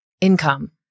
income